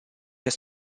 his